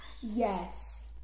Yes